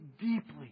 deeply